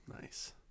Nice